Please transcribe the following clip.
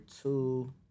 two